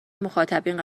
مخاطبین